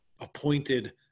appointed